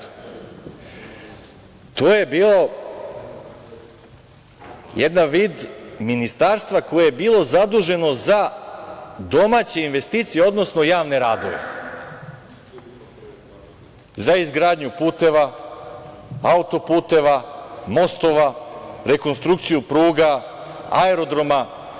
To je bio jedan vid ministarstva koje je bilo zaduženo za domaće investicije, odnosno javne radove, za izgradnju puteva, auto-puteva, mostova, rekonstrukciju pruga, aerodroma.